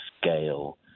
scale